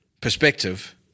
perspective